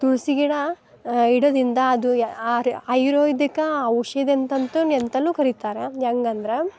ತುಳ್ಸಿ ಗಿಡ ಇಡದಿಂದ ಅದು ಯ ಆಯುರ್ವೇದಿಕ ಔಷಧಿ ಅಂತಂತು ನೆಂತಲು ಕರಿತಾರ ಅದು ಹೆಂಗಂದ್ರೆ